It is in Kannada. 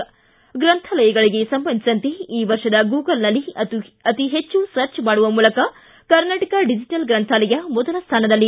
ಿ ಗ್ರಂಥಾಲಯಗಳಿಗೆ ಸಂಬಂಧಿಸಿದಂತೆ ಈ ವರ್ಷದ ಗೂಗಲ್ನಲ್ಲಿ ಅತಿಹೆಚ್ಚು ಸರ್ಚ್ ಮಾಡುವ ಮೂಲಕ ಕರ್ನಾಟಕ ಡಿಜೆಟಲ್ ಗ್ರಂಥಾಲಯ ಮೊದಲ ಸ್ಥಾನದಲ್ಲಿ